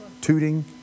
Tooting